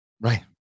Right